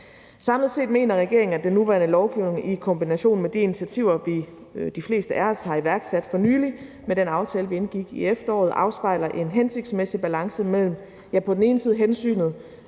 Samlet set mener regeringen, at den nuværende lovgivning i kombination med de initiativer, de fleste af os har iværksat for nylig med den aftale, vi indgik i efteråret, afspejler en hensigtsmæssig balance mellem på den ene side hensynet